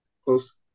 close